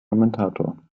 kommentator